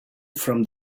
from